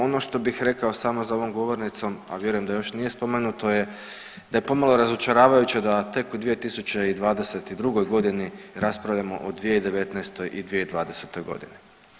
Ono što bih rekao samo za ovom govornicom, a vjerujem da još nije spomenuto je da je pomalo razočaravajuće da tek u 2022. godini raspravljamo o 2019. i 2020. godini.